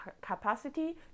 capacity